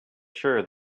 sure